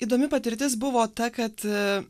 įdomi patirtis buvo ta kad